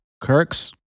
Kirk's